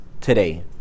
today